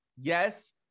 Yes